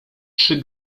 czy